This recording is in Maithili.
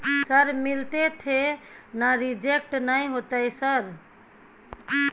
सर मिलते थे ना रिजेक्ट नय होतय सर?